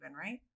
right